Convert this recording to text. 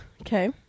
Okay